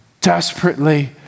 desperately